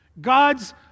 God's